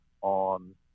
on